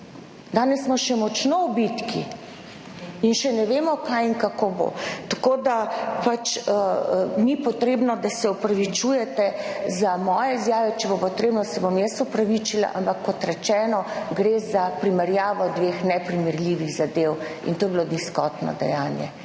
danes smo še močno v bitki in še ne vemo kaj in kako bo. Tako da, pač ni potrebno, da se opravičujete, za moje izjave, če bo potrebno, se bom jaz opravičila, ampak kot rečeno, gre za primerjavo dveh neprimerljivih zadev in to je bilo nizkotno dejanje